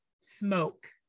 smoke